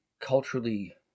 culturally